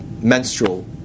menstrual